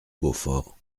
beaufort